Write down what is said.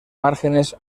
márgenes